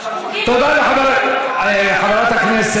תודה לחבר הכנסת,